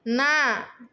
ନା